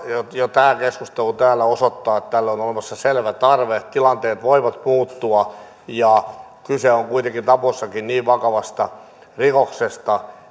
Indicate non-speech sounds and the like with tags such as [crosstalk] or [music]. jo tämä keskustelu täällä osoittaa että tälle on olemassa selvä tarve tilanteet voivat muuttua kyse on kuitenkin tapossakin niin vakavasta rikoksesta [unintelligible]